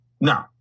no